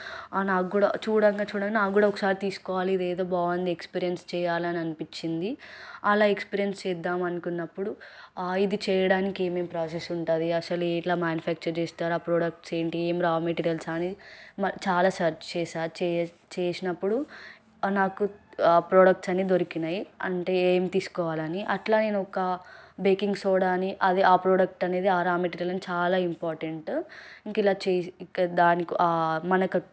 నాకు కూడా చూడంగా చూడంగా నాకు కూడా ఒకసారి తీసుకోవాలి ఇదేదో బాగుంది ఎక్స్పీరియన్స్ చేయాలి అని అనిపించింది అలా ఎక్స్పీరియన్స్ చేద్దామని అనుకున్నప్పుడు ఇది చేయడానికి ఏమేం ప్రాసెస్ ఉంటుంది అసలు ఎట్లా మ్యానుఫ్యాక్చర్ చేస్తారు ఆ ప్రొడక్ట్స్ ఏంటి ఏం రా మెటీరియల్స్ అనేది చాలా సెర్చ్ చేసాను చేసినప్పుడు నాకు ఆ ప్రొడక్ట్స్ అన్నీ దొరికినాయి అంటే ఏం తీసుకోవాలని అట్లా నేను ఒక బేకింగ్ సోడా అని అది ఆ ప్రోడక్ట్ అనేది ఆ రా మెటీరియల్ అనేది చాలా ఇంపార్టెంట్ ఇంక ఇలా చేసి ఇంకా దానికి మనకి